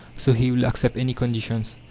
so he will accept any conditions,